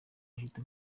ahita